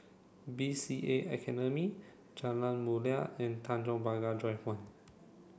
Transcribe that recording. B C A Academy Jalan Mulia and Tanjong Pagar Drive one